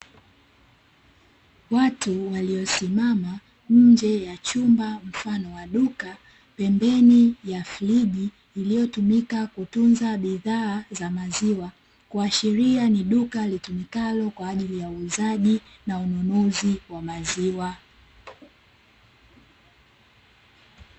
Watu waliosimama nje ya chumba mfano wa duka pembeni ya friji iliyotumika kutunza bidhaa za maziwa, kuashiria ni duka litumikalo kwa ajili ya uuzaji na ununuzi wa maziwa.